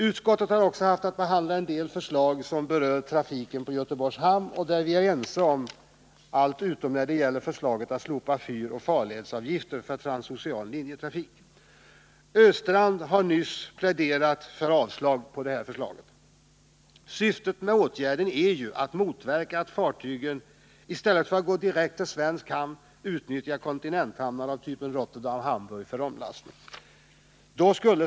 Utskottet har också haft att behandla en del förslag som berör trafiken på Göteborgs hamn, och där är vi överens om allt utom när det gäller förslaget att slopa fyroch farledsavgifter för transocean linjetrafik. Olle Östrand har nyss pläderat för avslag på det förslaget. Syftet med åtgärden är att motverka att fartygen i stället för att gå direkt till svensk hamn utnyttjar kontinenthamnar av den typ som finns i Rotterdam och Hamburg för omlastning.